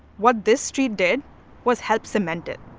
what this street did was help cement it.